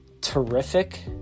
terrific